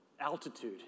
altitude